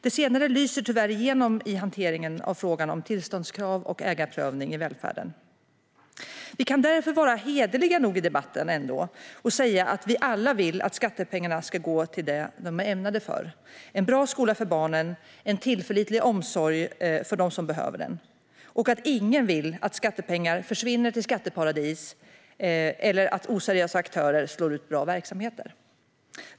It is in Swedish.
Det senare lyser tyvärr igenom i hanteringen av frågan om tillståndskrav och ägarprövning i välfärden. Vi kan därför ändå vara hederliga nog i debatten att säga att vi alla vill att skattepengarna ska gå till det som de är ämnade för - en bra skola för barnen och en tillförlitlig omsorg för dem som behöver den - och att ingen vill att skattepengar försvinner till skatteparadis eller att oseriösa aktörer slår ut bra verksamheter.